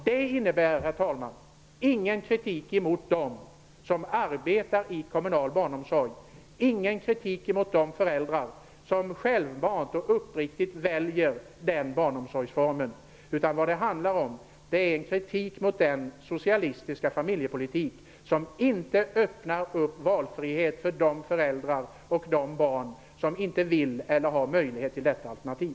Det innebär, herr talman, ingen kritik mot dem som arbetar i kommunal barnomsorg, ingen kritik mot de föräldrar som självmant och uppriktigt väljer den barnomsorgsformen. Det handlar om en kritik mot den socialistiska familjepolitik som inte öppnar upp valfrihet för de föräldrar och de barn som inte vill eller har möjlighet till detta alternativ.